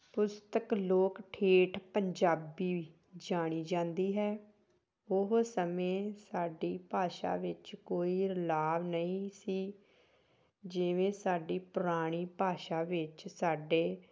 ਪੁਸਤਕ ਲੋਕ ਠੇਠ ਪੰਜਾਬੀ ਵੀ ਜਾਣੀ ਜਾਂਦੀ ਹੈ ਉਹ ਸਮੇਂ ਸਾਡੀ ਭਾਸ਼ਾ ਵਿੱਚ ਕੋਈ ਰਲਾਵ ਨਹੀਂ ਸੀ ਜਿਵੇਂ ਸਾਡੀ ਪੁਰਾਣੀ ਭਾਸ਼ਾ ਵਿੱਚ ਸਾਡੇ